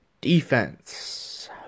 Defense